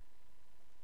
היום?